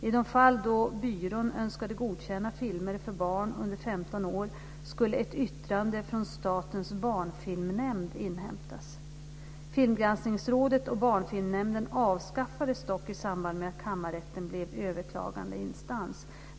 I de fall då byrån önskade godkänna filmer för barn under 15 år skulle ett yttrande från statens barnfilmnämnd inhämtas. Filmgranskningsrådet och barnfilmnämnden avskaffades dock i samband med att kammarrätten blev överklagandeinstans.